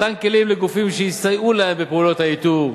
מתן כלים לגופים שיסייעו להם בפעולות האיתור,